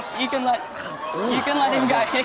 you can let you can let him go.